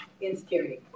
insecurity